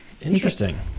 Interesting